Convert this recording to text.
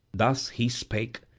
thus he spake,